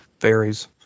varies